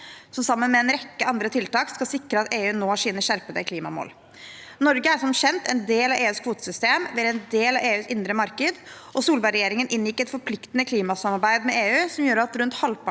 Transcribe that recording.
som sammen med en rekke andre tiltak skal sikre at EU når sine skjerpede klimamål. Norge er som kjent en del av EUs kvotesystem. Vi er en del av EUs indre marked, og Solberg-regjeringen inngikk et forpliktende klimasamarbeid med EU, som gjør at rundt halvparten